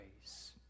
grace